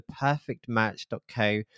theperfectmatch.co